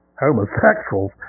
Homosexuals